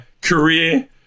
career